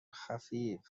خفیف